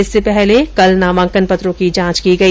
इससे पहले कल नामांकन पत्रों की जांच की गई